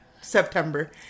September